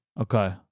Okay